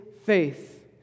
Faith